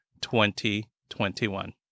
2021